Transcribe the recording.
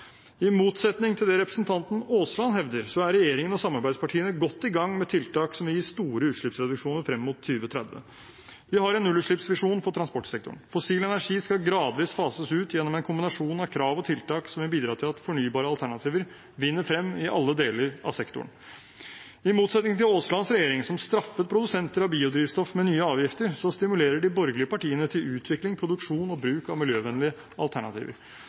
I motsetning til det representanten Aasland hevder, er regjeringen og samarbeidspartiene godt i gang med tiltak som vil gi store utslippsreduksjoner frem mot 2030. Vi har en nullutslippsvisjon for transportsektoren. Fossil energi skal gradvis fases ut gjennom en kombinasjon av krav og tiltak som vil bidra til at fornybare alternativer vinner frem i alle deler av sektoren. I motsetning til Aaslands regjering, som straffet produsenter av biodrivstoff med nye avgifter, stimulerer de borgerlige partiene til utvikling, produksjon og bruk av miljøvennlige alternativer.